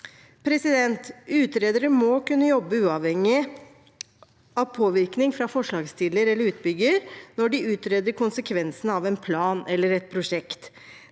videre. Utredere må kunne jobbe uavhengig av påvirkning fra forslagsstiller eller utbygger når de utreder konsekvensene av en plan eller et prosjekt.